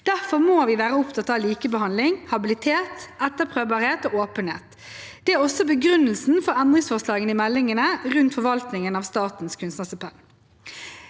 Derfor må vi være opptatt av likebehandling, habilitet, etterprøvbarhet og åpenhet. Det er også begrunnelsen for endringsforslagene i meldingen rundt forvaltningen av Statens kunstnerstipend.